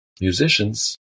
Musicians